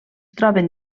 troben